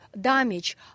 damage